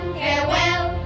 farewell